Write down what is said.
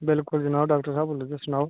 बिल्कुल जनाब डाक्टर साह्ब बोल्ला दे तुस सनाओ